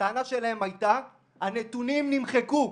הטענה שלהם הייתה שהנתונים נמחקו.